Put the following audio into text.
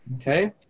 Okay